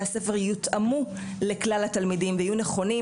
הספר יותאמו לכלל התלמידים ויהיו נכונים,